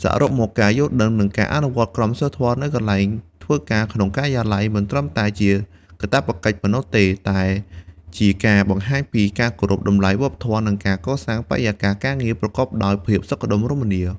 សរុបមក ការយល់ដឹង និងការអនុវត្តន៍ក្រមសីលធម៌នៅកន្លែងធ្វើការក្នុងការិយាល័យ មិនត្រឹមតែជាកាតព្វកិច្ចប៉ុណ្ណោះទេ តែជាការបង្ហាញពីការគោរពតម្លៃវប្បធម៌ និងការកសាងបរិយាកាសការងារប្រកបដោយភាពសុខដុមរមនា។។